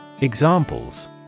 Examples